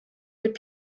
mit